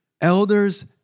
elders